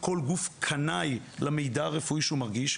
כל גוף קנאי למידע הרפואי שהוא מחזיק,